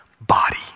body